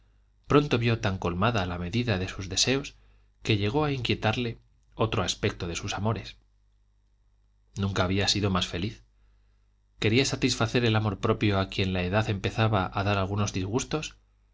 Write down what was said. pronto vio tan colmada la medida de sus deseos que llegó a inquietarle otro aspecto de sus amores nunca había sido más feliz quería satisfacer el amor propio a quien la edad empezaba a dar algunos disgustos